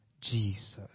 Jesus